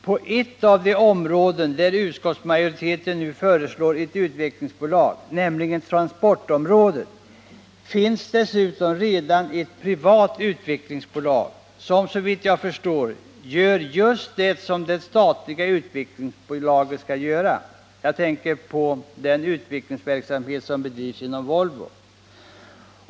På ett av de områden där utskottsmajoriteten nu föreslår ett utvecklingsbolag, nämligen på transportområdet, finns redan ett privat utvecklingsbolag som, såvitt jag förstår, gör just det som det statliga utvecklingsbolaget skall göra. Jag tänker på den utvecklingsverksamhet som bedrivs inom Volvo.